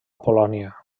polònia